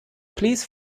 please